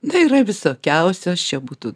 tai yra visokiausios čia būtų